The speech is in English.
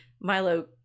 Milo